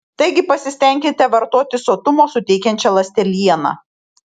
taigi pasistenkite vartoti sotumo suteikiančią ląstelieną